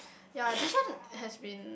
ya this one has been